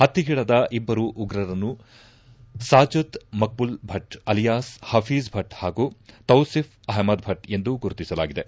ಹತ್ಗೆಗೀಡಾದ ಇಬ್ಲರು ಉಗ್ರರನ್ನು ಸಾಜದ್ ಮಕ್ಗೆಲ್ಭಟ್ ಅಲಿಯಾಸ್ ಹಫೀಜ್ ಭಟ್ ಹಾಗೂ ತೌಪಿಪ್ ಅಹಮದ್ಭಟ್ ಎಂದು ಗುರುತಿಸಲಾಗಿದೆ